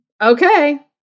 okay